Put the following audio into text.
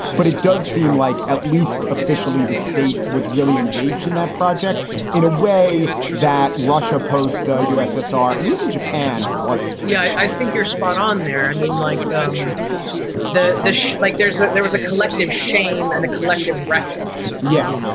but it does seem like, at least officially, the state was really engaged in that project in a way that russia post. ah ussr and even japan wasn't yeah, i think you're spot on there. i mean, like um the the like there's ah there was a collective shame and a collective reckoning yeah.